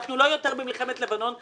אנחנו לא יותר ממלחמת לבנון השנייה.